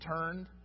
turned